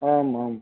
आम् आम्